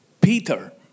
Peter